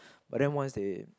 but then once they